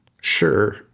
Sure